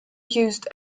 used